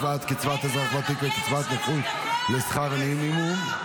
השוואת קצבת אזרח ותיק וקצבת נכות לשכר מינימום)